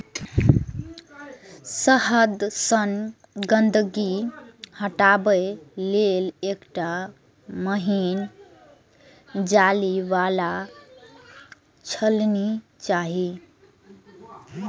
शहद सं गंदगी हटाबै लेल एकटा महीन जाली बला छलनी चाही